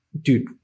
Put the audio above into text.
dude